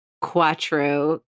quattro